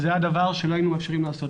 וזה היה דבר שלא היינו מאפשרים לעשות.